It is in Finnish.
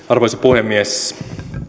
arvoisa puhemies